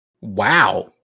wow